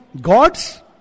gods